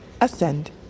Ascend